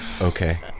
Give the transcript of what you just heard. Okay